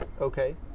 Okay